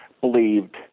believed